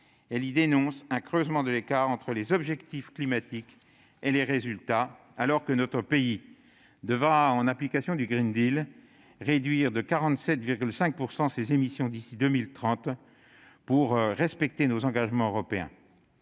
Elle y dénonce un creusement de l'écart entre nos objectifs climatiques et nos résultats, alors que notre pays devra, en application du, réduire de 47,5 % ses émissions d'ici à 2030 pour respecter ses engagements européens.